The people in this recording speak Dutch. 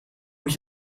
moet